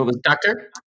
Doctor